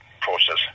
process